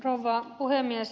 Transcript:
rouva puhemies